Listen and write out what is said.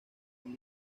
con